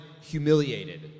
humiliated